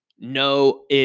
No